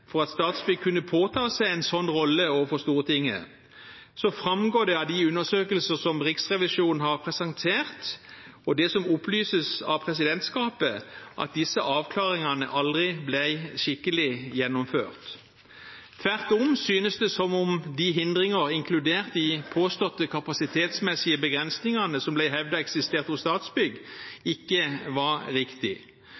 for at Statsbygg kunne påta seg en sånn rolle overfor Stortinget, framgår det av de undersøkelser som Riksrevisjonen har presentert, og av det som opplyses av presidentskapet, at disse avklaringene aldri ble skikkelig gjennomført. Tvert om synes det som om de hindringene, inkludert de påståtte kapasitetsmessige begrensningene som det ble hevdet eksisterte hos Statsbygg,